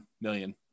million